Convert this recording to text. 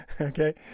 okay